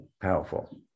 Powerful